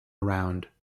around